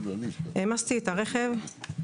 העמסתי את הרכב.